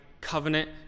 covenant